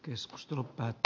keskustelu tai c